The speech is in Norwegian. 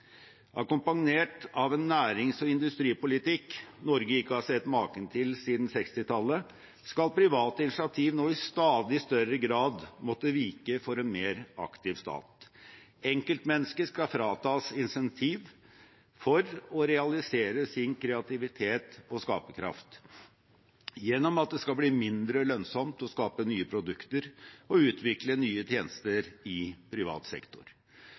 av en nærings- og industripolitikk Norge ikke har sett maken til siden 1960-tallet, skal private initiativ nå i stadig større grad måtte vike for en mer aktiv stat. Enkeltmennesket skal fratas insentiv til å realisere sin kreativitet og skaperkraft gjennom at det skal bli mindre lønnsomt å skape nye produkter og utvikle nye tjenester i privat sektor.